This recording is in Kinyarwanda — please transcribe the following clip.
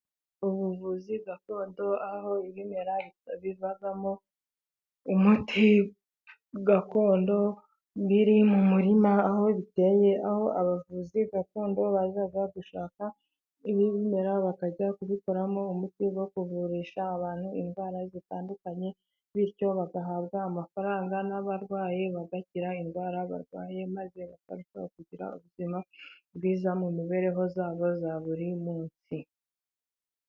Ubuvuzi gakondo aho ibimera bivamo umuti gakondo. Biri mu murima aho biteye, aho abavuzi gakondo baza gushaka ibimera bakajyakoramo umuti wo kuvurisha abantu indwara zitandukanye. Bityo bagahabwa amafaranga n'abarwayi bagakira indwara barwaye maze bakagira ubuzima bwiza mu mibereho yabo ya buri munsi.